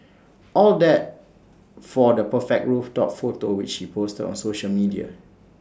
all that for the perfect rooftop photo which he posted on social media